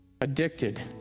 addicted